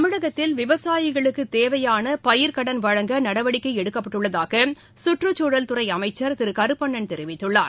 தமிழகத்தில் விவசாயிகளுக்கு தேவையான பயிர்க்கடன் வழங்க நடவடிக்கை எடுக்கப்பட்டுள்ளதாக சுற்றுச்சூழல் துறை அமைச்சர் திரு கருப்பண்ணன் தெரிவித்துள்ளார்